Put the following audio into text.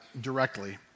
directly